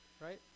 right